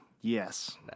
Yes